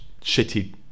shitty